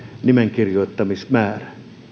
nimenkirjoittamismäärä